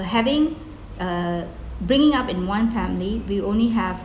having err bringing up in one family we only have